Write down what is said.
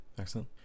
excellent